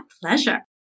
pleasure